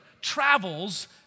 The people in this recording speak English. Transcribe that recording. travels